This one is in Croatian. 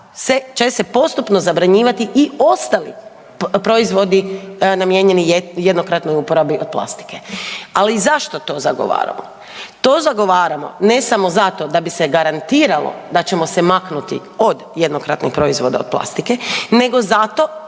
će se postupno zabranjivati i ostali proizvodi namijenjeni jednokratnoj uporabi od plastike. Ali, zašto to zagovaramo? To zagovaramo ne samo zato da bi se garantiralo da ćemo se maknuti od jednokratnih proizvoda od plastike, nego zato